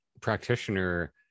practitioner